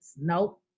Nope